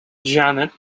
janet